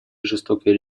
жестокой